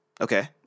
Okay